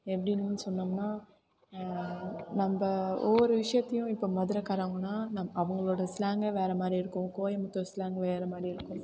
எப்படின்னு சொன்னோம்னால் நம்ம ஒவ்வொரு விஷயத்தையும் இப்போ மதுரைக்காரவங்கன்னா நம் அவர்களோட ஸ்லாங்கே வேறு மாதிரி இருக்கும் கோயம்புத்தூர் ஸ்லாங் வேறு மாதிரி இருக்கும்